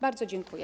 Bardzo dziękuję.